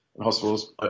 Hospitals